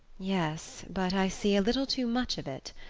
yes but i see a little too much of it.